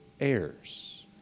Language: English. heirs